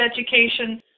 education